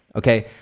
okay?